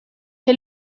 que